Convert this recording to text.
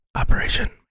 Operation